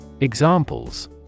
Examples